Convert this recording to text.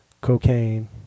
cocaine